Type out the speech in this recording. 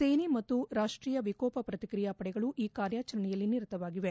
ಸೇನೆ ಮತ್ತು ರಾಷ್ಟೀಯ ವಿಕೋಪ ಪ್ರತಿಕ್ರಿಯಾ ಪಡೆಗಳು ಈ ಕಾರ್ಯಾಚರಣೆಯಲ್ಲಿ ನಿರತವಾಗಿವೆ